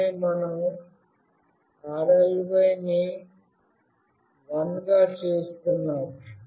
ఆపై మనం "rly" ని 1 గా చేస్తున్నాము